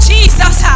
Jesus